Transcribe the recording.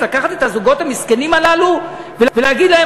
אז לקחת את הזוגות המסכנים הללו ולהגיד להם,